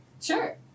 Sure